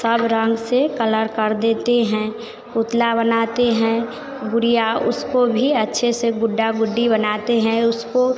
सब रंग से कलर कर देते हैं पुतला बनाते हैं गुड़िया उसको भी अच्छे से गुड्डा गुड्डी बनाते है उसको